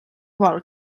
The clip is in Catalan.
vol